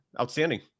outstanding